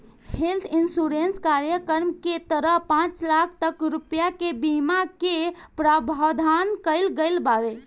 health insurance कार्यक्रम के तहत पांच लाख तक रुपिया के बीमा के प्रावधान कईल गईल बावे